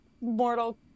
Mortal